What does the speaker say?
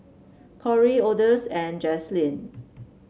Corie Odis and Jaslene